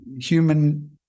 human